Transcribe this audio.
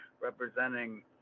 representing